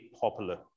popular